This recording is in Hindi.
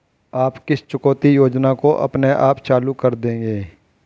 आप किस चुकौती योजना को अपने आप चालू कर देंगे?